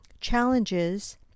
challenges